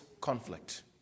conflict